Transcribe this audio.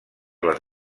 les